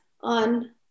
on